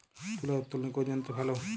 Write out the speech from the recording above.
তুলা উত্তোলনে কোন যন্ত্র ভালো?